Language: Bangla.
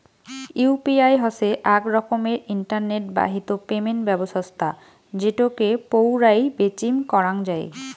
ইউ.পি.আই হসে আক রকমের ইন্টারনেট বাহিত পেমেন্ট ব্যবছস্থা যেটোকে পৌরাই বেচিম করাঙ যাই